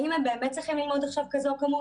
האם הם באמת צריכים ללמוד עכשיו כזו כמות,